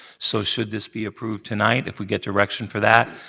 so should this be approved tonight, if we get direction for that,